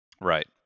Right